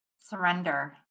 Surrender